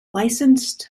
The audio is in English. licensed